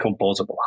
composable